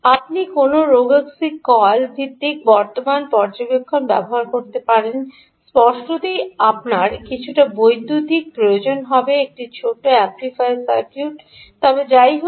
আপনি কোনও Rogowski coil ভিত্তিক বর্তমান পর্যবেক্ষণ ব্যবহার করতে পারেন স্পষ্টতই আপনার কিছুটা বৈদ্যুতিনের প্রয়োজন হবে একটি ছোট এমপ্লিফায়ার সার্কিট তবে যাইহোক